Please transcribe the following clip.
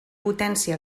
potència